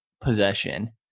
possession